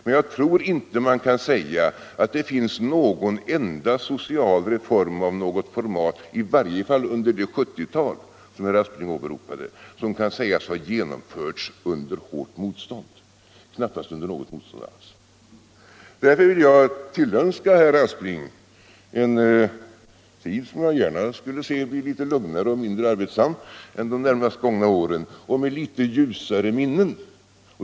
Men jag tror inte man kan säga att det finns någon enda social reform av något format — i varje fall under det 70-tal herr Aspling åberopade — som har genomförts under hårt motstånd — knappast under något motstånd alls. Därför vill jag tillönska herr Aspling en tid som jag gärna skulle se blev litet lugnare och mindre arbetsam än de närmast gångna åren och med ljusare minnen.